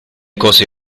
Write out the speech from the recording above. cose